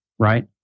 Right